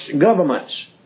governments